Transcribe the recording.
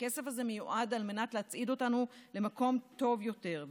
והכסף הזה מיועד על מנת להצעיד אותנו למקום טוב יותר,